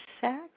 sex